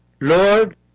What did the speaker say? Lord